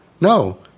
No